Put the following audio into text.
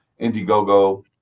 Indiegogo